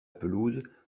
pelouse